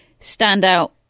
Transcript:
standout